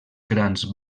grans